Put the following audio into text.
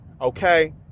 Okay